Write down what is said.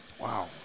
Wow